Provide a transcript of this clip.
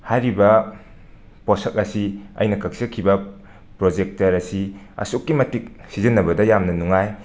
ꯍꯥꯏꯔꯤꯕ ꯄꯣꯠꯁꯛ ꯑꯁꯤ ꯑꯩꯅ ꯀꯛꯆꯈꯤꯕ ꯄ꯭ꯔꯣꯖꯦꯛꯇꯔ ꯑꯁꯤ ꯑꯁꯨꯛꯀꯤ ꯃꯇꯤꯛ ꯁꯤꯖꯤꯟꯅꯕꯗ ꯌꯥꯝꯅ ꯅꯨꯡꯉꯥꯏ